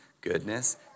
goodness